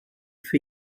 für